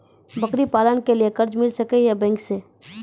बकरी पालन के लिए कर्ज मिल सके या बैंक से?